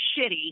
shitty